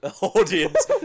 audience